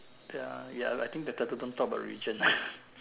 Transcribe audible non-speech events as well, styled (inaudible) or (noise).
ya ya I think better don't talk about religion (laughs)